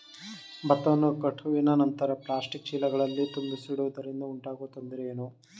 ಭತ್ತವನ್ನು ಕಟಾವಿನ ನಂತರ ಪ್ಲಾಸ್ಟಿಕ್ ಚೀಲಗಳಲ್ಲಿ ತುಂಬಿಸಿಡುವುದರಿಂದ ಉಂಟಾಗುವ ತೊಂದರೆ ಏನು?